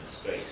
space